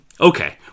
Okay